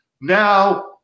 Now